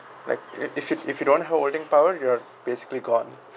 like if you if you don't holding power you're basically gone